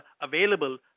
available